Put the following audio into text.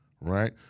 right